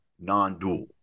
non-dual